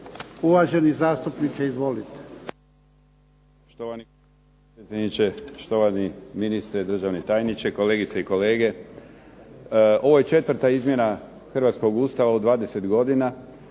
Uvaženi zastupniče izvolite.